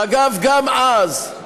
ואגב, גם אז,